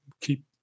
keep